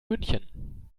münchen